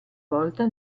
volta